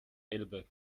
elbe